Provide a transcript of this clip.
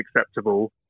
acceptable